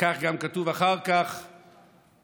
וכך גם כתוב אחר כך בפסוקים,